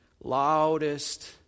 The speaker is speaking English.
loudest